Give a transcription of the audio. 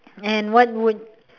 and what would